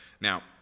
Now